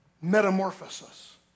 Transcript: metamorphosis